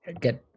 good